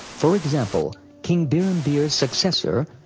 for example, king birhambir's successor,